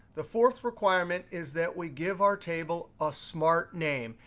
the fourth requirement is that we give our table a smart name.